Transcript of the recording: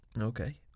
okay